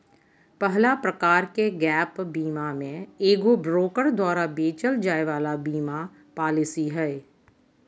पहला प्रकार के गैप बीमा मे एगो ब्रोकर द्वारा बेचल जाय वाला बीमा पालिसी हय